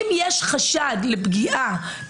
אם יש חשד לפגיעה,